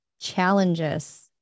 challenges